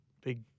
big